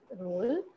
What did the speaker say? role